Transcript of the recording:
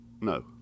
no